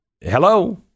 hello